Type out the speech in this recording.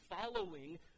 following